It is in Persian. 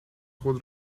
خود